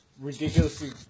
ridiculously